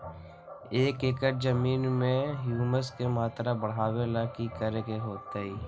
एक एकड़ जमीन में ह्यूमस के मात्रा बढ़ावे ला की करे के होतई?